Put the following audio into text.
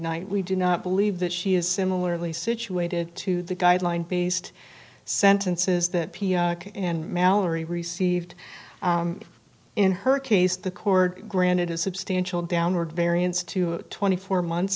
mcknight we do not believe that she is similarly situated to the guideline based sentences that mallory received in her case the court granted a substantial downward variance to twenty four months